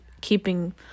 keeping